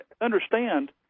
understand